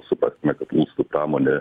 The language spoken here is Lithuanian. suprasime kad lustų pramonė